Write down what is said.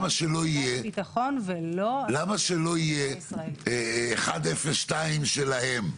--- למה שלא יהיה 102 שלהם?